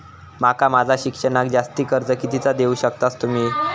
माका माझा शिक्षणाक जास्ती कर्ज कितीचा देऊ शकतास तुम्ही?